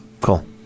cool